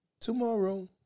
tomorrow